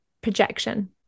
projection